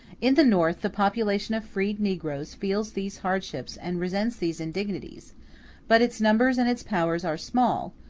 in the north the population of freed negroes feels these hardships and resents these indignities but its numbers and its powers are small,